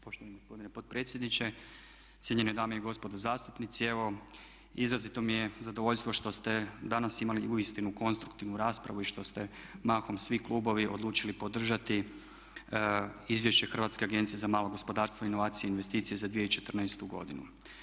Poštovani gospodine potpredsjedniče, cijenjene dame i gospodo zastupnici evo izrazito mi je zadovoljstvo što ste danas imali uistinu konstruktivnu raspravu i što ste mahom svi klubovi odlučili podržati izvješće Hrvatska agencija za malo gospodarstvo, inovacije i investicije za 2014. godinu.